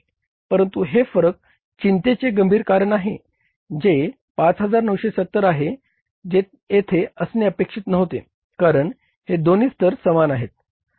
परंतु हे फरक चिंतेचे गंभीर कारण आहे जे 5970 आहे जे येथे असणे अपेक्षित नव्हते कारण हे दोन्ही स्तर समान आहेत